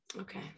Okay